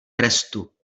trestu